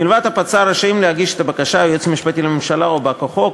מלבד הפצ"ר רשאים להגיש את הבקשה היועץ המשפטי לממשלה או בא-כוחו,